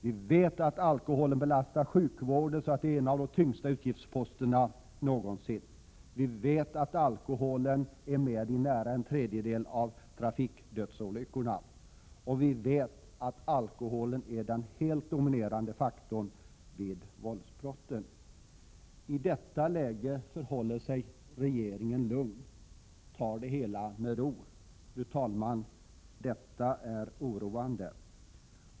Vi vet också att alkoholen belastar sjukvården och att den är en av de tyngsta utgiftsposterna någonsin, vi vet att alkoholen har funnits med vid nära en tredjedel av dödsolyckorna i trafiken, och vi vet att alkoholen är den helt dominerande faktorn vid våldsbrott. I detta läge förhåller sig regeringen lugn och tar det hela med ro. Fru talman! Detta är oroande!